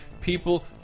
people